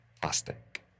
plastic